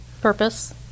Purpose